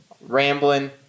Rambling